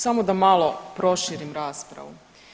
Samo da malo proširim raspravu.